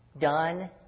Done